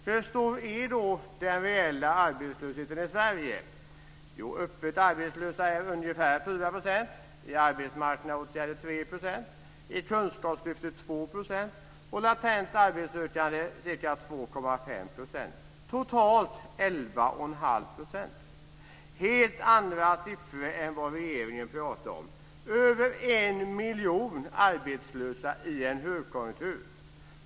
Hur stor är då den reella arbetslösheten i Sverige? Öppet arbetslösa är ungefär 4 %, i arbetsmarknadsåtgärder är 3 %, i Kunskapslyftet är 2 % och latent arbetssökande är ca 2,5 %. Det är totalt 11,5 %. Det är helt andra siffror än vad regeringen talar om. Över en miljon människor är arbetslösa i en högkonjunktur.